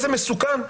איזה מסוכן,